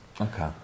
Okay